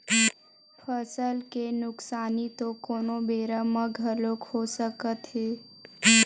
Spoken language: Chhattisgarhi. फसल के नुकसानी तो कोनो बेरा म घलोक हो सकत हे